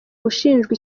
gushinjwa